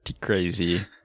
crazy